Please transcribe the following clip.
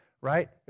right